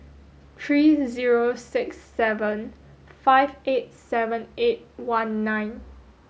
three zero six seven five eight seven eight one nine